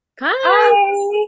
Hi